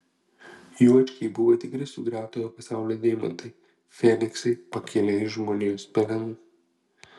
juočkiai buvo tikri sugriautojo pasaulio deimantai feniksai pakilę iš žmonijos pelenų